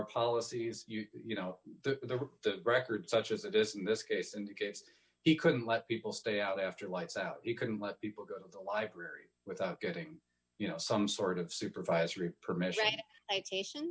policies you know the record such as it is in this case indicates he couldn't let people stay out after lights out he couldn't let people go to the library without getting you know some sort of supervisory permission